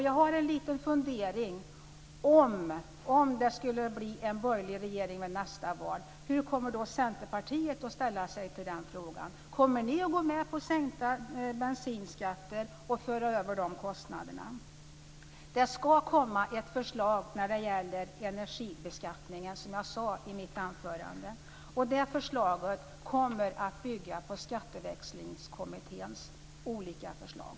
Jag har en liten fundering: Om det skulle bli en borgerlig regering efter nästa val, hur kommer då Centerpartiet att ställa sig till den frågan? Kommer ni att gå med på sänkta bensinskatter och föra över de kostnaderna? Det ska komma ett förslag när det gäller energibeskattningen, som jag sade i mitt anförande. Det förslaget kommer att bygga på Skatteväxlingskommitténs olika förslag.